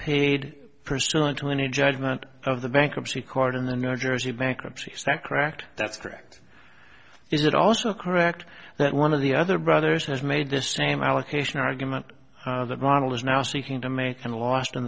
paid pursuant to any judgment of the bankruptcy court in the new jersey bankruptcy is that correct that's correct is it also correct that one of the other brothers has made this name allocation argument the model is now seeking to make and lost in